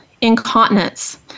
incontinence